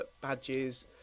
badges